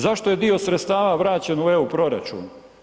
Zašto je dio sredstava vraćen u EU proračun?